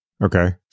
Okay